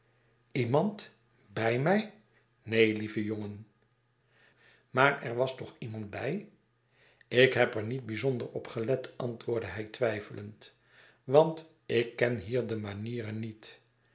iemand bij mij neen lieve jongen maar er was toch nog iemand bij ik heb er niet bijzonder op gelet antwoordde hij twijfelend want ik ken hier de manieren niet